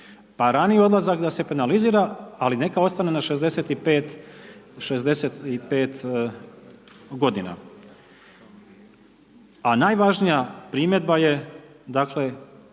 Pa raniji odlazak da se penalizira ali neka ostane na 65, 65 godina, a najvažnija primjedba je dakle